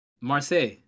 Marseille